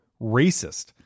racist